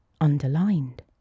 underlined